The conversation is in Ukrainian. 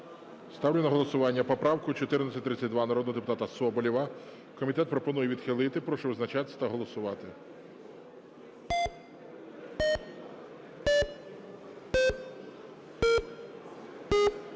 Ставлю на голосування поправку 1432 народного депутата Соболєва. Комітет пропонує відхилити. Прошу визначатись та голосувати.